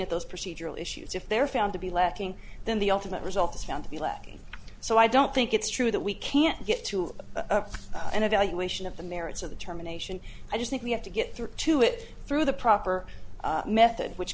at those procedural issues if they're found to be lacking then the ultimate result is found to be lacking so i don't think it's true that we can't get to an evaluation of the merits of the terminations i just think we have to get through to it through the proper method which